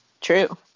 true